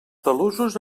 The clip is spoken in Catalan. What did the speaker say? talussos